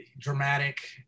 dramatic